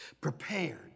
prepared